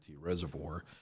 Reservoir